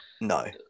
No